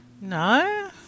No